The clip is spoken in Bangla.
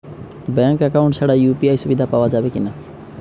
ব্যাঙ্ক অ্যাকাউন্ট ছাড়া ইউ.পি.আই সুবিধা পাওয়া যাবে কি না?